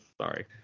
Sorry